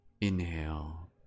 Inhale